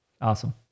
awesome